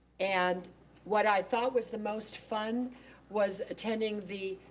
and what i thought was the most fun was attending the,